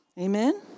Amen